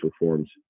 reforms